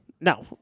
No